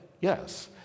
Yes